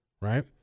right